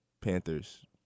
Panthers